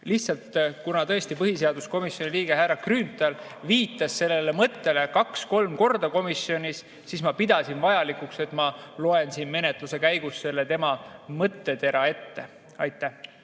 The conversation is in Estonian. Lihtsalt, kuna tõesti põhiseaduskomisjoni liige härra Grünthal viitas komisjonis sellele mõttele kaks‑kolm korda, siis ma pidasin vajalikuks, et ma loen siin menetluse käigus selle tema mõttetera ette.